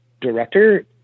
director